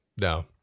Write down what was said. No